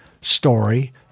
story